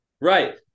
Right